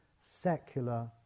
secular